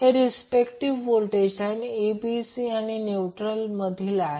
हे respective voltage line abc आणि neutral मधील आहेत